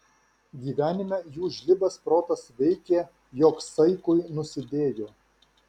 gyvenime jų žlibas protas veikė jog saikui nusidėjo